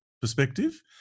perspective